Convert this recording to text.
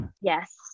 Yes